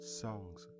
songs